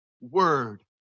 word